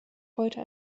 heute